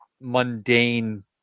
mundane